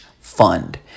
fund